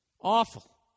Awful